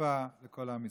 שפע, על כל עם ישראל.